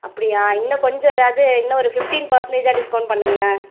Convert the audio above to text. அப்படியா இன்னும் கொஞ்சம் ஏதாவது இன்னும் ஒரு ஃபிஃப்டீன் பர்சன்டேஜாக டிஸ்கவுண்ட் பண்ணுங்களேன்